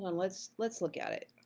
on, let's let's look at it,